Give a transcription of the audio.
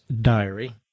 diary